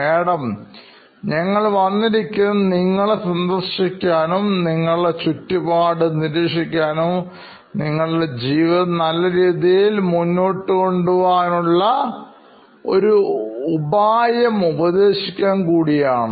madam ഞങ്ങൾ വന്നിരിക്കുന്നത്നിങ്ങളെ സന്ദർശിക്കുവാനും നിങ്ങളുടെ ചുറ്റുപാടും നിരീക്ഷിക്കാനും നിങ്ങളുടെ ജീവിതം കൂടുതൽ നല്ല രീതിയിൽ മുന്നോട്ടു കൊണ്ടുപോകാനുള്ള ഒരു ഉപായം ഉപദേശിച്ചിട്ട് നിങ്ങളെ സഹായിക്കാൻ കൂടിയാണ്